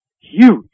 huge